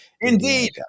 Indeed